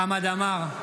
חמד עמאר,